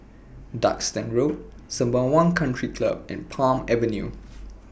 Duxton Road Sembawang Country Club and Palm Avenue